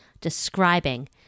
describing